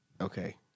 okay